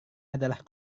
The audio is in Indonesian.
adalah